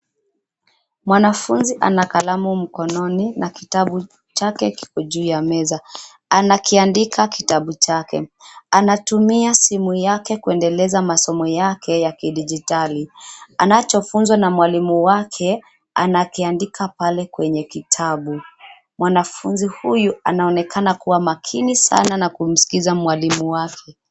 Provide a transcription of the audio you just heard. Mwanafunzi ana kalamu mkononi na kitabu chake kiko juu ya meza, anakiandika kitabu chake, anatumia simu yake kuendeleza masomo yake ya kidijitali. Anachofunzwa na mwalimu wake anakiandika pale kwenye kitabu. Mwanafunzi huyu anaonekana kuwa makini sana na kumskiza mwalimu wake.